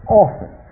often